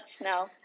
now